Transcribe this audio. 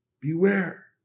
Beware